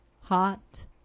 hot